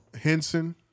Henson